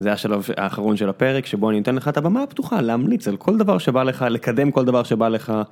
זה השלב האחרון של הפרק שבו אני אתן לך את הבמה הפתוחה להמליץ על כל דבר שבא לך לקדם כל דבר שבא לך.